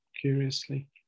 curiously